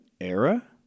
era